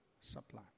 supply